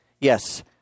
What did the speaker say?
yes